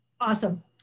Awesome